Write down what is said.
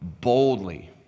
boldly